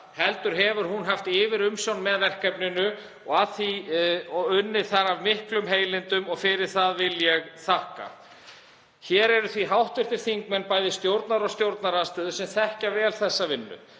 heldur hefur hún haft yfirumsjón með verkefninu og unnið þar af miklum heilindum og fyrir það vil ég þakka. Hér eru því hv. þingmenn bæði stjórnar og stjórnarandstöðu sem þekkja vel þessa vinnu,